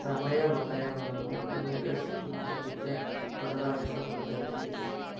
ಸಮಯ ವಲಯವನ್ನು ಯು ಎಸ್ಸಿನದ್ದಕ್ಕೆ ಬದಲಾಯಿಸಬಹುದೇ ಪ್ಲೀಸ್